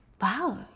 Wow